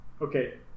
okay